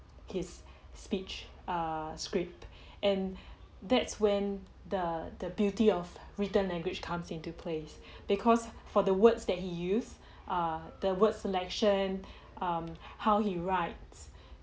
his speech err script and that's when the the beauty of written language comes into place because for the words that he use err the word selection um how he writes